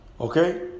okay